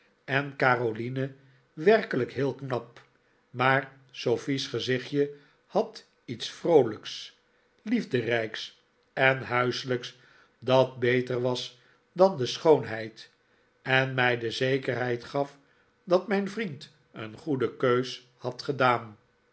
en caroline werkelijk heel knap maar sofie's gezichtje had iets vroolijks liefderijks en huiselijks dat beter was dan schoonheid en mij de zekerheid gaf dat mijn vriend een goede keus had gedaan